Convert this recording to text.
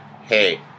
hey